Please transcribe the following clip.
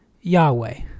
Yahweh